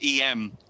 em